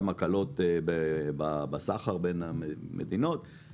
גם הקלות בסחר בין המדינות,